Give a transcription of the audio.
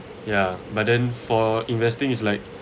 ya but then for investing it's like